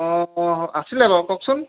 অ অ আছিলে বাৰু কওকচোন